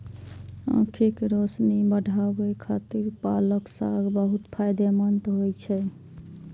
आंखिक रोशनी बढ़ाबै खातिर पालक साग बहुत फायदेमंद होइ छै